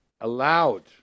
allowed